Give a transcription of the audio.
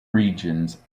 regions